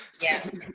yes